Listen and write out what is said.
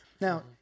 Now